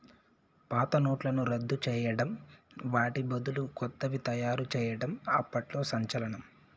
పాత నోట్లను రద్దు చేయడం వాటి బదులు కొత్తవి తయారు చేయడం అప్పట్లో సంచలనం